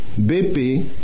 BP